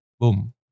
Boom